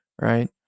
Right